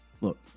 look